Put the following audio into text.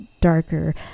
darker